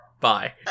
Bye